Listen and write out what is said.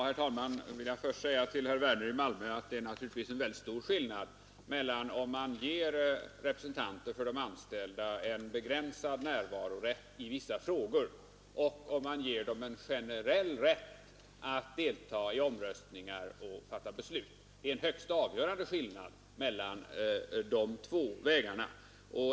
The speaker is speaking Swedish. Herr talman! Jag vill först säga till herr Werner i Malmö att det naturligtvis är en väldigt stor skillnad mellan att ge representanter för de anställda en begränsad närvarorätt i vissa frågor och att ge dem en generell rätt att deltaga i omröstningar och fatta beslut. Det är en högst avgörande skillnad mellan de två vägarna.